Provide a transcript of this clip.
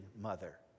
mother